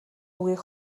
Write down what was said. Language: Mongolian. үгийг